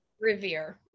Revere